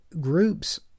groups